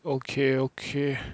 okay okay